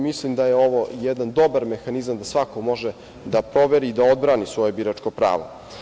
Mislim da je ovo jedan dobar mehanizam da svako može da proveri i da odbrani svoje biračko pravo.